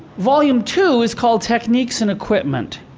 volume two is called techniques and equipment.